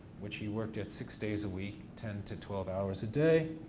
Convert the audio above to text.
which he worked at six days a week, ten to twelve hours a day,